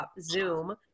Zoom